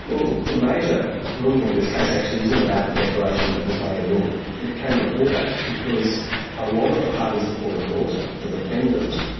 well the major ruling of this case actually isn't about the declaration that was made at all. it came before that, because a lot of the parties before the court, the defendant,